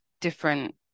different